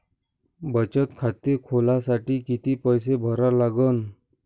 बचत खाते खोलासाठी किती पैसे भरा लागन?